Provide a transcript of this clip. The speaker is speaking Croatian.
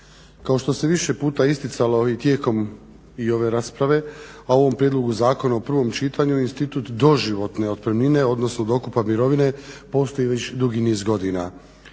Kao što se više puta isticalo tijekom i ove rasprave o ovom prijedlogu zakona u prvom čitanju institut doživotne otpremnine odnosno dokupa mirovine postoji već dugi niz godina.